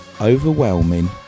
overwhelming